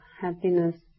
happiness